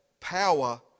power